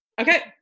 Okay